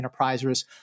enterprisers